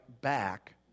back